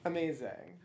Amazing